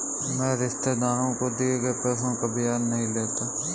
मैं रिश्तेदारों को दिए गए पैसे का ब्याज नहीं लेता